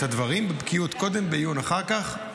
-- את הדברים, בבקיאות קודם, בעיון אחר כך.